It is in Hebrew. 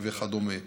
וכדומה.